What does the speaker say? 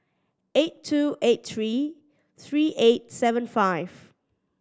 eight two eight three three eight seven five